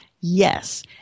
Yes